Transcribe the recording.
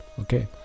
Okay